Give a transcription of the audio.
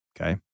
Okay